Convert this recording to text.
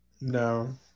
No